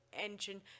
engine